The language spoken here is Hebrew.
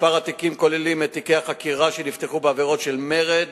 התיקים כוללים את תיקי החקירה שנפתחו בעבירות של מרד